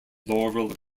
laurel